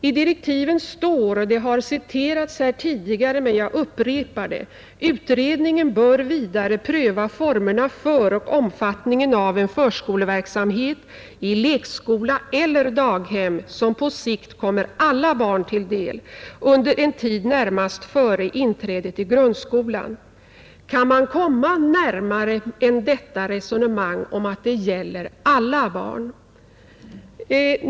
I direktiven står, det har citerats tidigare, men jag upprepar det: ”Utredningen bör vidare pröva formerna för och omfattningen av en förskoleverksamhet — i lekskola eller daghem — som på sikt kommer alla barn till del under en tid närmast före inträdet i grundskolan.” Kan man komma närmare än med detta resonemang att det gäller alla barn?